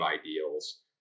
ideals